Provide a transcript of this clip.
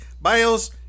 bios